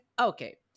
Okay